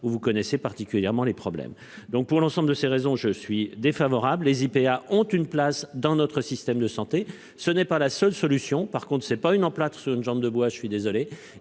où vous connaissez particulièrement les problèmes donc pour l'ensemble de ces raisons je suis défavorable les IPA ont une place dans notre système de santé. Ce n'est pas la seule solution. Par contre c'est pas une emplâtre sur une jambe de bois. Je suis désolé,